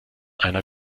einer